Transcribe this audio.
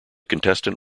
contestant